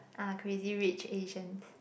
ah Crazy-Rich-Asians